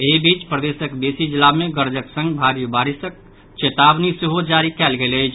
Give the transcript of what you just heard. एहि बीच प्रदेशक बेसी जिला मे गरजक संग भारी बारिशक चेतावनी सेहो जारी कयल गेल अछि